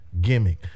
gimmick